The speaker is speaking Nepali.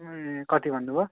ए कति भन्नुभयो